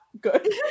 good